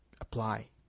apply